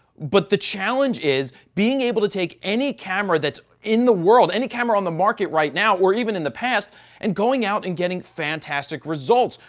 but the challenge is being able to take any camera that's in the world, any camera on the market right now, or even in the past and going out and getting fantastic results.